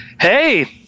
hey